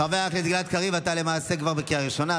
חבר סיעתך עלה להתנגד גם כשהוא לא נרשם ראשון.